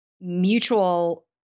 mutual